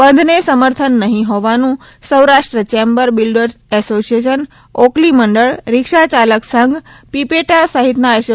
બંધને સમર્થન નહિ હોવાનું સૌરાષ્ટ્ર ચેમ્બર બિલ્ડર્સ એસો ઓકલી મંડળ રીક્ષાચાલક સંઘ પીપેટા સહિતના એસો